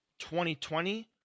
2020